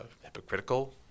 hypocritical